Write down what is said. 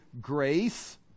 grace